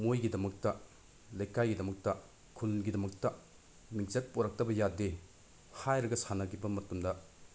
ꯃꯣꯏꯒꯤꯗꯃꯛꯇ ꯂꯩꯀꯥꯏꯒꯤꯗꯃꯛꯇ ꯈꯨꯜꯒꯤꯗꯃꯛꯇ ꯃꯤꯡꯆꯠ ꯄꯨꯔꯛꯇꯕ ꯌꯥꯗꯦ ꯍꯥꯏꯔꯒ ꯁꯥꯟꯅꯈꯤꯕ ꯃꯇꯝꯗ